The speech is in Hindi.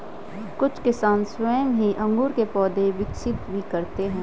कुछ किसान स्वयं ही अंगूर के पौधे विकसित भी करते हैं